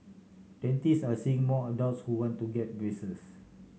dentists are seeing more adults who want to get braces